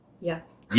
yes